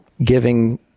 Giving